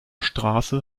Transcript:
straße